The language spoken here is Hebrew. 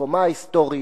במקומה ההיסטורי